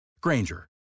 Granger